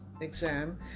exam